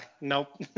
nope